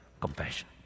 compassion